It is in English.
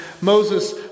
Moses